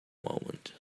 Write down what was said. moment